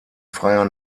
freier